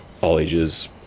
all-ages